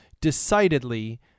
decidedly